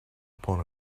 upon